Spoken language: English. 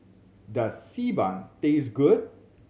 does Xi Ban taste good